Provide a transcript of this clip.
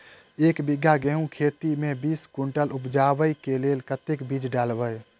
एक बीघा गेंहूँ खेती मे बीस कुनटल उपजाबै केँ लेल कतेक बीज डालबै?